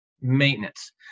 maintenance